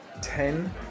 Ten